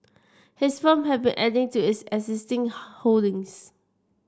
his firm have been adding to is existing holdings